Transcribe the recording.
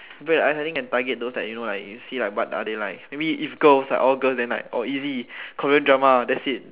break the ice I think can target those like you know like you see what are they like I mean if girls like all girls then like oh easy Korean drama that's it